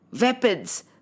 weapons